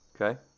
okay